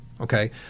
okay